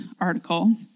article